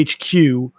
HQ